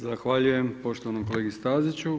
Zahvaljujem poštovanom kolegi Staziću.